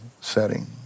setting